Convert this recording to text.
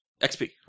XP